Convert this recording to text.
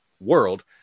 world